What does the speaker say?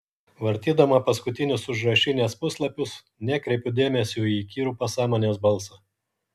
vartydama paskutinius užrašinės puslapius nekreipiu dėmesio į įkyrų pasąmonės balsą